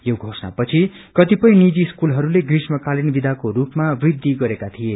यो घोषणा पछि कतिपय नीजि स्कूलहरूले ग्रीष्मकालिन विदाको रूपामा वृद्धि गरेको थिए